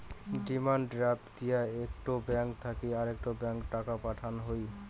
demand draft দিয়া একটো bank থাকি আরেকটো ব্যাংকে টাকা পাঠান হই